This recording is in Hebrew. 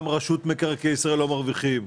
גם רשות מקרקעי ישראל לא מרוויחים.